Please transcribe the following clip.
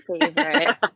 favorite